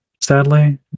sadly